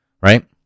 Right